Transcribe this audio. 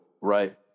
right